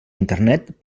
internet